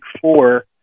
four